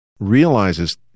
realizes